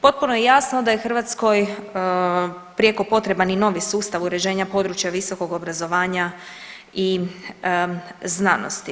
Potpuno je jasno da je Hrvatskoj prijeko potreban i novi sustav uređenja područja visokog obrazovanja i znanosti.